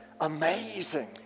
Amazing